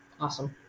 Awesome